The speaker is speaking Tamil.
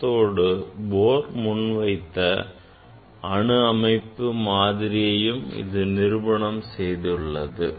அத்தோடு Bohr முன்வைத்த அணு அமைப்பு மாதிரியையும் இது நிரூபணம் செய்துள்ளது